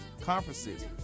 conferences